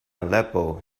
aleppo